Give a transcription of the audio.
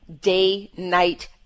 day-night